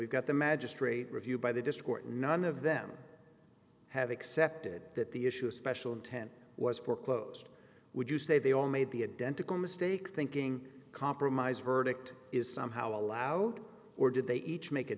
we've got the magistrate review by the discord and none of them have accepted that the issue of special intent was foreclosed would you say they all may be a dental mistake thinking compromise verdict is somehow allowed or did they each make a